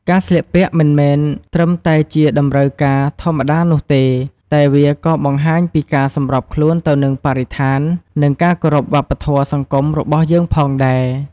ការស្លៀកពាក់មិនមែនត្រឹមតែជាតម្រូវការធម្មតានោះទេ តែវាក៏បង្ហាញពីការសម្របខ្លួនទៅនឹងបរិស្ថាន និងការគោរពវប្បធម៌សង្គមរបស់យើងផងដែរ។